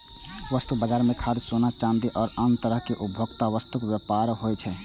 वस्तु बाजार मे खाद्यान्न, सोना, चांदी आ आन तरहक उपभोक्ता वस्तुक व्यापार होइ छै